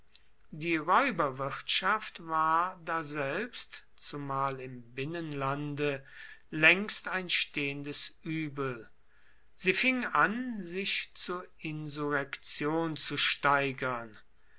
die räuberwirtschaft war daselbst zumal im binnenlande längst ein stehendes übel sie fing an sich zur insurrektion zu steigern